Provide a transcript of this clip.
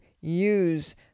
use